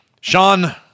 Sean